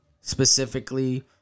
specifically